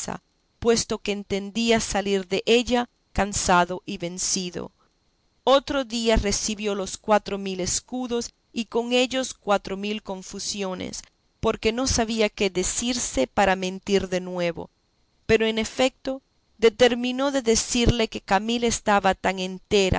puesto que entendía salir della cansado y vencido otro día recibió los cuatro mil escudos y con ellos cuatro mil confusiones porque no sabía qué decirse para mentir de nuevo pero en efeto determinó de decirle que camila estaba tan entera